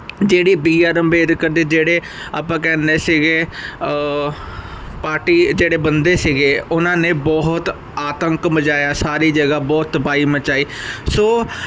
ਜਿਹੜੀ B R Ambedkar ਦੇ ਜਿਹੜੇ ਆਪਾਂ ਕਹਿੰਦੇ ਸੀਗੇ ਪਾਰਟੀ ਜਿਹੜੇ ਬੰਦੇ ਸੀਗੇ ਉਹਨਾਂ ਨੇ ਬਹੁਤ ਆਤੰਕ ਮਚਾਇਆ ਸਾਰੀ ਜਗ੍ਹਾ ਬਹੁਤ ਤਬਾਹੀ ਮਚਾਈ ਸੋ